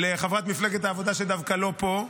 לחברת מפלגת העבודה שדווקא לא פה,